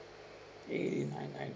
eighty nine ninety